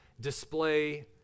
display